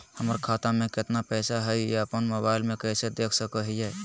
हमर खाता में केतना पैसा हई, ई अपन मोबाईल में कैसे देख सके हियई?